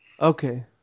Okay